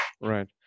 Right